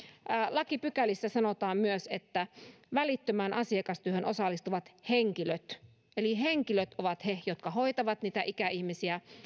lakipykälissä sanotaan myös että välittömään asiakastyöhön osallistuvat henkilöt eli henkilöt ovat he jotka hoitavat niitä ikäihmisiä